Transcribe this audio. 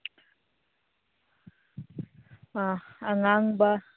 ꯑꯥ ꯑꯉꯥꯡꯕ